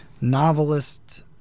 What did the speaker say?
novelist